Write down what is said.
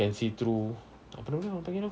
can see through apa nama dia panggil tu